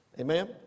amen